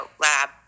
lab